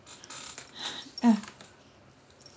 eh